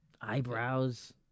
Eyebrows